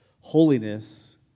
holiness